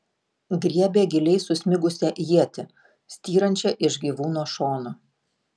griebė giliai susmigusią ietį styrančią iš gyvūno šono